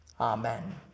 Amen